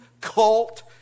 cult